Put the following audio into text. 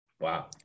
Wow